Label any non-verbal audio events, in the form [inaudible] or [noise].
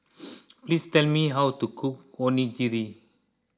[noise] please tell me how to cook Onigiri